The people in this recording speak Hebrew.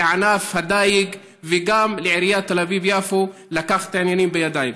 לענף הדיג וגם לעיריית תל אביב-יפו לקחת את העניינים בידיים.